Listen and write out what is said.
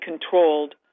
controlled